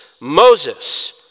Moses